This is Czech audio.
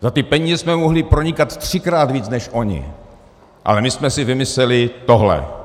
Za ty peníze jsme mohli pronikat třikrát víc než oni, ale my jsme si vymysleli tohle.